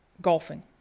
golfing